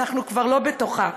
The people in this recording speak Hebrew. אנחנו כבר לא בתוכה.